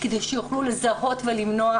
כדי שיוכלו לזהות ולמנוע,